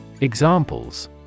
Examples